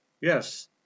Yes